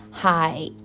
Hi